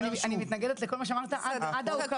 אני מתנגדת לכל מה שאמרת עד ההוקרה ליושבת-ראש.